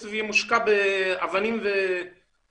שהכסף יהיה מושקע באבנים ותשתיות.